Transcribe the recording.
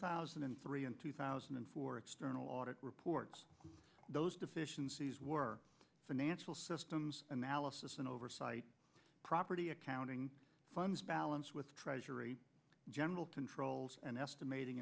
thousand and three and two thousand and four external audit reports those deficiencies were financial systems analysis and oversight property accounting funds balance with treasury general controls and estimating